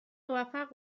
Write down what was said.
موفق